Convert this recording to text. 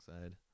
side